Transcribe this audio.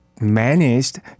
managed